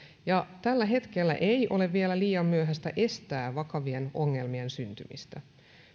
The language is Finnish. ja tällä hetkellä ei ole vielä liian myöhäistä estää vakavien ongelmien syntymistä